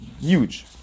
Huge